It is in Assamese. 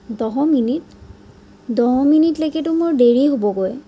দহ মিনিট দহ মিনিটলৈকেটো মোৰ দেৰি হ'বগৈ